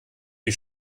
die